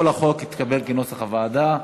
כל החוק התקבל כנוסח הוועדה.